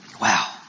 Wow